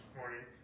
morning